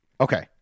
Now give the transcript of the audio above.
Okay